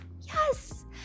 yes